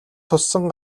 туссан